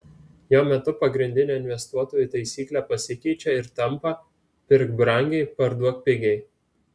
jo metu pagrindinė investuotojų taisyklė pasikeičia ir tampa pirk brangiai parduok pigiai